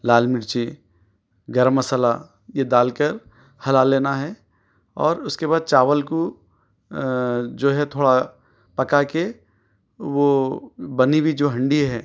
لال مرچی گرم مصالحہ یہ دال کر ہلا لینا ہے اور اُس کے بعد چاول کو جو ہے تھوڑا پکّا کے وہ بنی ہوئی جو ہانڈی ہے